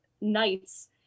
nights